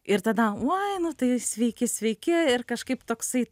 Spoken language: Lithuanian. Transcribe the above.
ir tada uoj nu tai sveiki sveiki ir kažkaip toksai